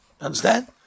understand